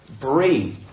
breathe